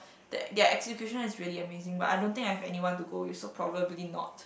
their execution is really amazing but I don't think I have anyone to go with so probably not